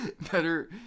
Better